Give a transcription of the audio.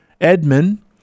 Edmund